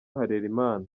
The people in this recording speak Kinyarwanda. harerimana